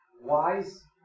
wise